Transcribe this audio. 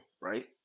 right